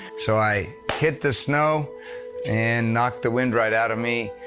so i hit the snow and knocked the wind right out of me.